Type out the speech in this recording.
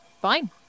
fine